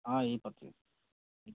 ହଁ ଏଇ ପଚିଶ